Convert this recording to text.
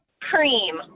Cream